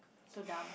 so dumb